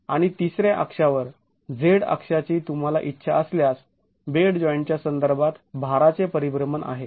आणि तिसऱ्या अक्षावर z अक्षाची तुम्हाला इच्छा असल्यास बेड जॉईंटच्या संदर्भात भाराचे परिभ्रमण आहे